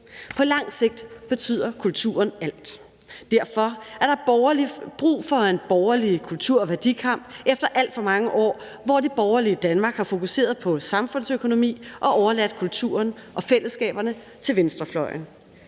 På lang sigt betyder kulturen alt. Derfor er der brug for en borgerlig kulturværdikamp efter alt for mange år, hvor det borgerlige Danmark har fokuseret på samfundsøkonomi og overladt kulturen og fællesskaberne til venstrefløjen.